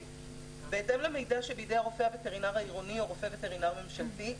"(ה)בהתאם למידע שבידי הרופא הווטרינר העירוני או רופא וטרינר ממשלתי,